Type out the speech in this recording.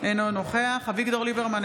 אינו נוכח אביגדור ליברמן,